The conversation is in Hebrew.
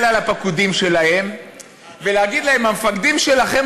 להסתכל על הפקודים שלהם ולהגיד להם: המפקדים שלכם